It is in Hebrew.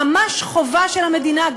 ממש חובה של המדינה,